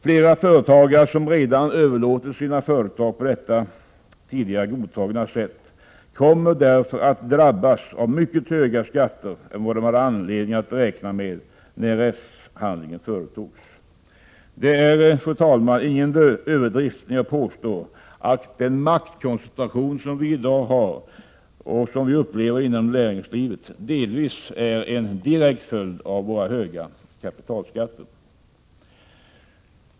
Flera företagare som redan överlåtit sina företag på detta tidigare godtagna sätt kommer därför att drabbas av mycket högre skatter än vad de hade anledning att räkna med när rättshandlingen företogs. Det är, fru talman, ingen överdrift att påstå att den maktkoncentration vi i dag upplever inom näringslivet delvis är en direkt följd av våra höga kapitalskatter.